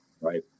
Right